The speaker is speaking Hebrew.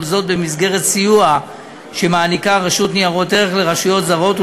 כל זאת במסגרת סיוע שמעניקה רשות ניירות ערך לרשויות זרות,